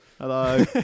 Hello